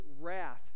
wrath